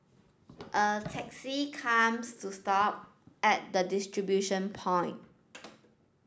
a taxi comes to stop at the distribution point